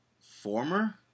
former